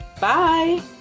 Bye